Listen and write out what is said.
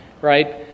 right